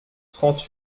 trente